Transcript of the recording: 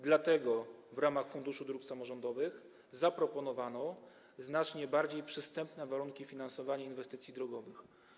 Dlatego w ramach Funduszu Dróg Samorządowych zaproponowano znacznie bardziej przystępne warunki finansowania inwestycji drogowych.